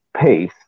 pace